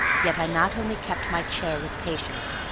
yet i not only kept my chair with patience,